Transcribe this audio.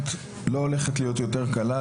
לא הולכת להיות יותר קלה,